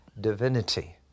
divinity